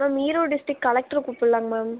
ma'am Erode district கலெக்ட்ரை கூப்பிட்லாங்க ma'am